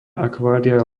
akvária